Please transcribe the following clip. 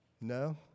No